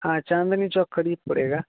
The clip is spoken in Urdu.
ہاں چاندنی چوک خھرید پڑے گا